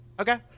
Okay